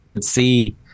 see